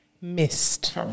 missed